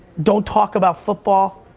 don't talk about football,